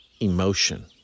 Emotion